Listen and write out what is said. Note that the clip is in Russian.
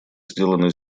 сделанное